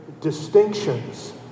distinctions